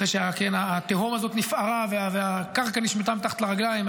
אחרי שהתהום הזאת נפערה והקרקע נשמטה מתחת לרגליים,